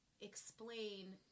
explain